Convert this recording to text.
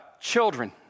children